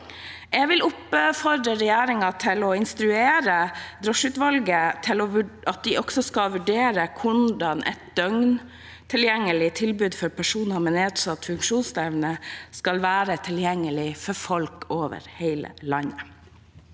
Jeg vil oppfordre regjeringen til å instruere drosjeutvalget om at de også skal vurdere hvordan et døgntilgjengelig tilbud for personer med nedsatt funksjonsevne skal være tilgjengelig for folk over hele landet.